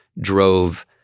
drove